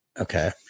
Okay